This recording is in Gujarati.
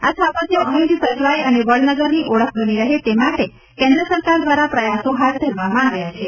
આ સ્થાપત્યો અહીં જ સચવાય અને વડનગરની ઓળખ બની રહે તે માટે કેન્દ્ર સરકાર દ્વારા પ્રયાસો હાથ ધરવામાં આવ્યા છે